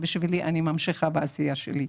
בשבילי, אני ממשיכה בעשייה שלי.